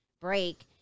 break